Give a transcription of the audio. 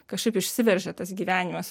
kažkaip išsiveržia tas gyvenimas